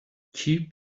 cheap